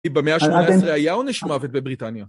כי במאה ה-18 היה עונש מוות בבריטניה.